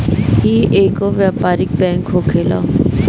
इ एगो व्यापारिक बैंक होखेला